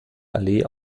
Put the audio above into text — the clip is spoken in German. allee